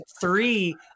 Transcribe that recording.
three